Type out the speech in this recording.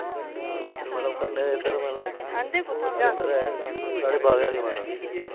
मतलव कन्नै इद्धर मतलव इक साढ़े कन्नै ऐ बावे आह्ली माता